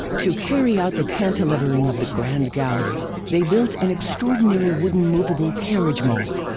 to carry out the cantilevering of the grand gallery, they built an extraordinary wooden moveable carriage mold.